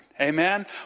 Amen